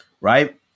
right